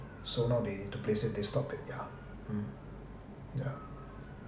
so now they have to play safe they stop it yeah um yeah